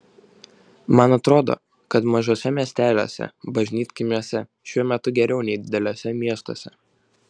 man atrodo kad mažuose miesteliuose bažnytkaimiuose šiuo metu geriau nei dideliuose miestuose